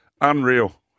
Unreal